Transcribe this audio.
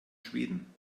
schweden